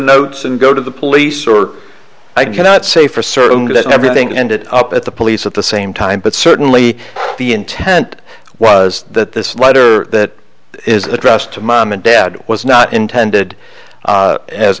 notes and go to the police or i cannot say for certain that everything ended up at the police at the same time but certainly the intent was that this letter that is addressed to mom and dad was not intended as as